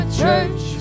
church